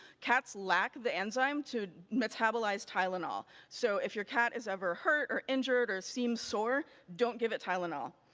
cats lack the enzyme to metabolize tylenol so if your cat is ever hurt or injured or seems sore, don't give it tylenol.